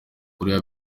kurira